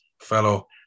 fellow